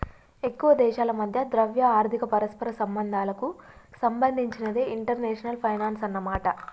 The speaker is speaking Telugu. ఎక్కువ దేశాల మధ్య ద్రవ్య ఆర్థిక పరస్పర సంబంధాలకు సంబంధించినదే ఇంటర్నేషనల్ ఫైనాన్సు అన్నమాట